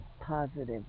positive